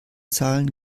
zahlen